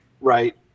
right